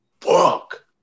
fuck